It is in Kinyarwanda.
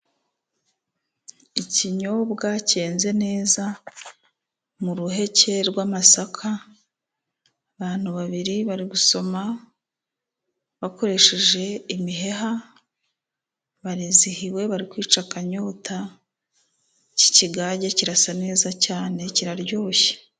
Ikinyobwa cyeze neza mu ruheke rw'amasaka. Abantu babiri bari gusoma, bakoresheje imiheha, barizihiwe bari kwica akanyota k'ikigage kirasa neza cyane, kiraryoshye.